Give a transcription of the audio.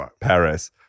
Paris